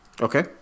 okay